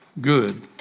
Good